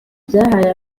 byahaye